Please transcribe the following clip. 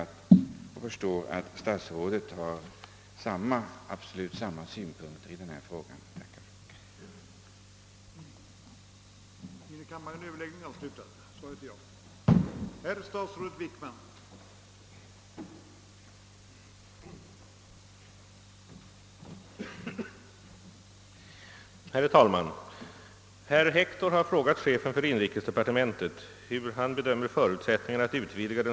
Jag förstår nu att statsrådet har exakt samma synpunkter på spörsmålet som jag själv.